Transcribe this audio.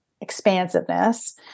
expansiveness